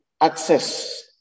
access